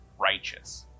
righteous